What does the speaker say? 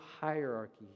hierarchy